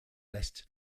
lest